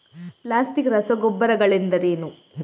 Plastic ರಸಗೊಬ್ಬರಗಳೆಂದರೇನು?